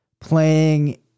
playing